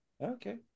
Okay